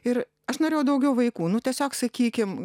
ir aš norėjau daugiau vaikų nu tiesiog sakykim